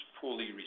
fully